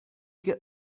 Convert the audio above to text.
get